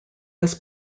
was